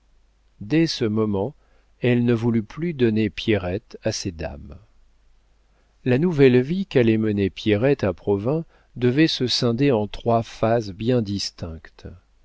dès ce moment elle ne voulut plus donner pierrette à ces dames la nouvelle vie qu'allait mener pierrette à provins devait se scinder en trois phases bien distinctes